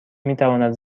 میتواند